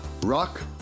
Rock